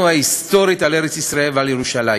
ההיסטורית על ארץ-ישראל ועל ירושלים.